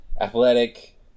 athletic